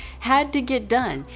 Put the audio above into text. had to get done.